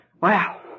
Wow